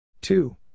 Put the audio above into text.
Two